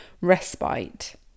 respite